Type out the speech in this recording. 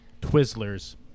Twizzlers